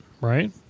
right